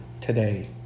today